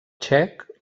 txec